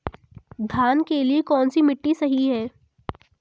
धान के लिए कौन सी मिट्टी सही है?